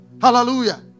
Hallelujah